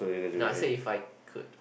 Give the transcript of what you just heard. nah I said if I could